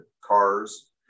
cars